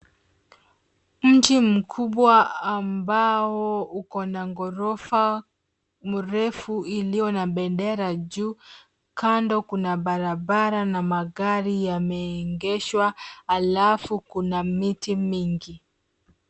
Mji mkubwa ambao uko na ghorofa mrefu iliyo na bendera juu. Kando kuna barabara na magari yameegeshwa, alafu kuna miti mingi.